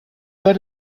bed